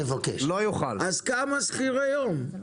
כמה שכירי יום יש?